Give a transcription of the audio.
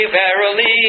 verily